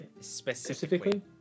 Specifically